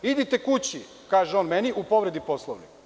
Idite kući, kaže on meni u povredi Poslovnika.